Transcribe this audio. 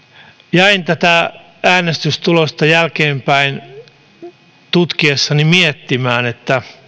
jäin tätä äänestystulosta jälkeenpäin tutkiessani miettimään